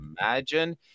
imagine